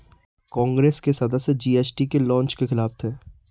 कांग्रेस के सदस्य जी.एस.टी के लॉन्च के खिलाफ थे